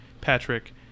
patrick